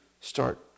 start